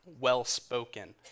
well-spoken